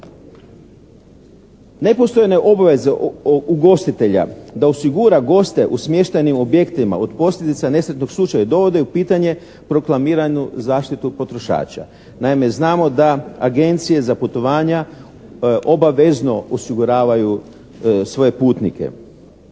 Nepostojne obveze ugostitelja da osigura goste u smještajnim objektima od posljedica nesretnog slučaja dovodi u pitanje proklamiranu zaštitu potrošača. Naime, znamo da agencije za putovanja obavezno osiguravaju svoje putnike.